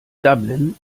dublin